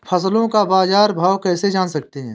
फसलों का बाज़ार भाव कैसे जान सकते हैं?